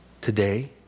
today